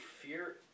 fear